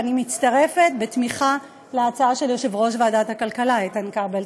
ואני מצטרפת בתמיכה בהצעה של יושב-ראש ועדת הכלכלה איתן כבל.